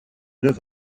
neuf